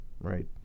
right